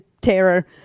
terror